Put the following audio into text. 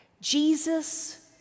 Jesus